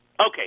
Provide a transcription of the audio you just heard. Okay